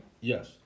Yes